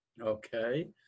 Okay